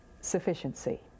sufficiency